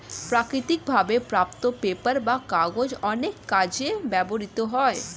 প্রাকৃতিক ভাবে প্রাপ্ত পেপার বা কাগজ অনেক কাজে ব্যবহৃত হয়